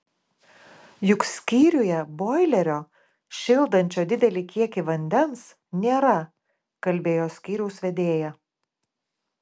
juk skyriuje boilerio šildančio didelį kiekį vandens nėra kalbėjo skyriaus vedėja